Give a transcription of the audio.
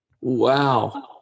Wow